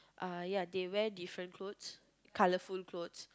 uh ya they wear different clothes colorful clothes